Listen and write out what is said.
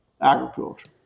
agriculture